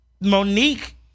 Monique